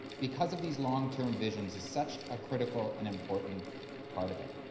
because of these long-term visions is such a critical and important part of it.